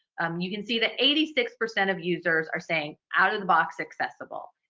you can see that eighty six percent of users are saying out-of-the-box accessible.